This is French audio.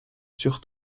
sur